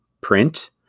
print